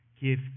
Give